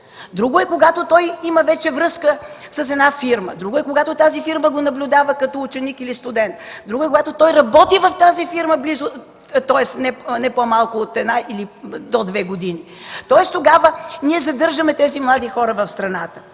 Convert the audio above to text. Друго е, когато той има вече връзка с една фирма. Друго е, когато тази фирма го наблюдава като ученик или студент. Друго е, когато той работи в тази фирма не по-малко от една до две години, тоест тогава ние задържаме тези млади хора в страната.